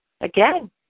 Again